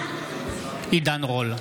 בעד עידן רול,